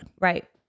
Right